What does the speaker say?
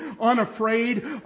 unafraid